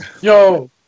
Yo